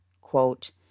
Quote